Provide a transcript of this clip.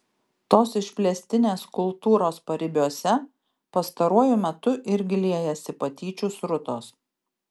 tos išplėstinės kultūros paribiuose pastaruoju metu irgi liejasi patyčių srutos